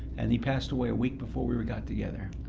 and he passed away a week before we we got together.